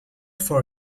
for